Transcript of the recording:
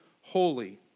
holy